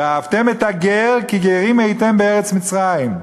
ואהבתם את הגר כי גרים הייתם בארץ מצרים",